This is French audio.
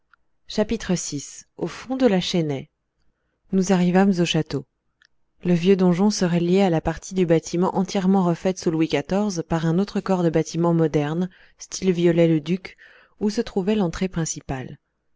nous arrivâmes au château le vieux donjon se reliait à la partie du bâtiment entièrement refaite sous louis xiv par un autre corps de bâtiment moderne style viollet le duc où se trouvait l'entrée principale